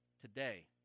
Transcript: today